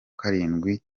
karindwi